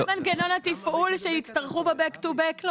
זה מנגנון התפעול שיצטרכו להוסיף ב-Back to back.